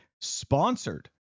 sponsored